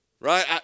Right